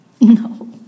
no